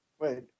Wait